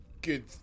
good